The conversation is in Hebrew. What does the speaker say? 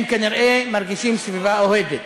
הם כנראה מרגישים סביבה אוהדת.